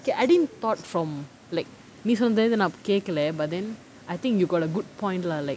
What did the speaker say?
okay I didn't thought from like நீ சொன்னது எதும் நான் கேக்கல:nee sonnathu yethum kekala but then I think you got a good point lah like